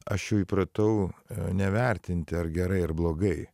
aš jau įpratau nevertinti ar gerai ar blogai